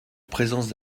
présence